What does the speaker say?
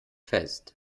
fest